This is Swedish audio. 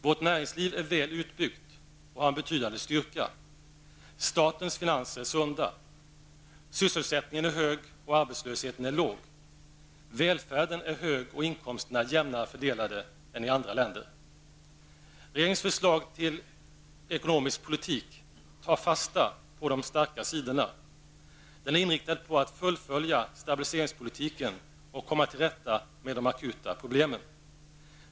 Vårt näringsliv är väl utbyggt och har en betydande styrka. Statens finanser är sunda. Sysselsättningen är hög och arbetslösheten är låg. Välfärden är hög och inkomsterna är jämnare fördelade än i andra länder. Regeringens förslag till ekonomisk politik tar fasta på de starka sidorna. Det är inriktat på att fullfölja stabiliseringspolitiken och komma till rätta med de akuta problemen.